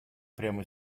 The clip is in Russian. прямо